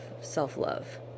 self-love